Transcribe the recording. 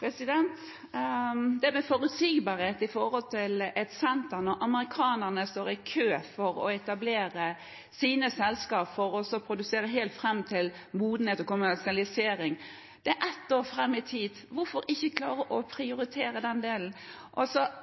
Til dette med forutsigbarhet når det gjelder et senter, når amerikanerne står i kø for å etablere sine selskaper for å produsere helt fram til modenhet og kommersialisering: Dette er ett år fram i tid. Hvorfor ikke klare å prioritere den delen?